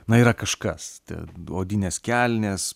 na yra kažkas te odinės kelnės